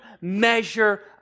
measure